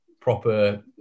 proper